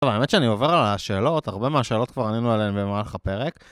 טוב, האמת שאני עובר על השאלות, הרבה מהשאלות כבר ענינו עליהן במהלך הפרק.